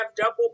double